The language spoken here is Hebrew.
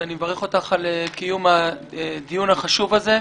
אני מברך אותך על קיום הדיון החשוב הזה.